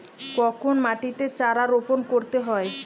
কখন মাটিতে চারা রোপণ করতে হয়?